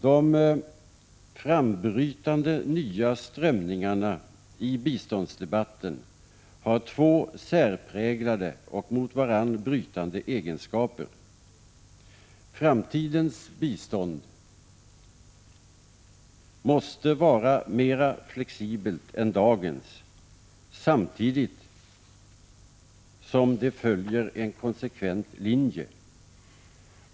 De frambrytande nya strömningarna i biståndsdebatten har två särpräglade och mot varandra brytande egenskaper: framtidens bistånd måste vara mera flexibelt än dagens, samtidigt som det följer en konsekvent linje.